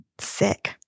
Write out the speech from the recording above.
Sick